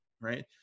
right